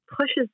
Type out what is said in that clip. pushes